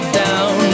down